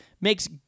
makes